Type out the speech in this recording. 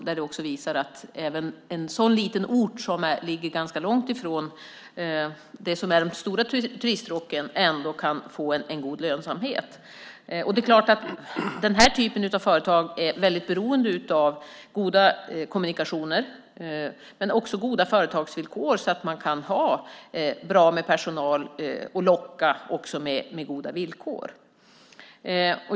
Det visar att även en sådan liten ort som ligger ganska långt från de stora turiststråken kan få god lönsamhet. Den typen av företag är naturligtvis väldigt beroende av goda kommunikationer och goda företagsvillkor så att man kan ha bra personal och locka med goda villkor.